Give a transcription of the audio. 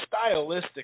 stylistically